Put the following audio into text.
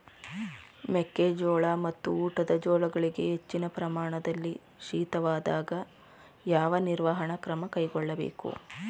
ಮೆಕ್ಕೆ ಜೋಳ ಮತ್ತು ಊಟದ ಜೋಳಗಳಿಗೆ ಹೆಚ್ಚಿನ ಪ್ರಮಾಣದಲ್ಲಿ ಶೀತವಾದಾಗ, ಯಾವ ನಿರ್ವಹಣಾ ಕ್ರಮ ಕೈಗೊಳ್ಳಬೇಕು?